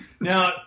Now